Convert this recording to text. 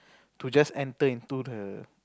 to just enter into the